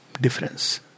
difference